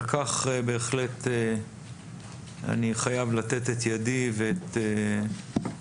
על כך בהחלט אני חייב לתת את ידי ואת עמדתי